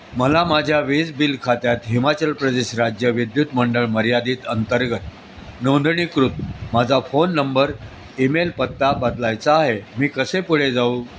मला माझ्या वीज बिल खात्यात हिमाचल प्रदेश राज्य विद्युत मंडळ मर्यादित अंतर्गत नोंदणीकृत माझा फोन नंबर ईमेल पत्ता बदलायचा आहे मी कसे पुढे जाऊ